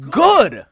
good